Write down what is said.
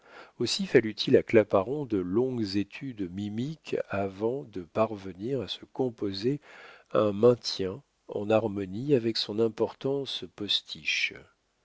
aussi fallut-il à claparon de longues études mimiques avant de parvenir à se composer un maintien en harmonie avec son importance postiche